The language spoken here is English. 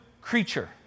creature